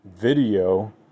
Video